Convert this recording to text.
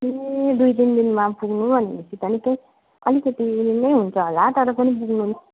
ए दुई तिन दिनमा पुग्नु भने पछि त निकै अलिकति नै हुन्छ होला तर पनि पुग्नु